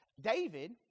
David